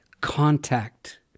contact